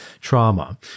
trauma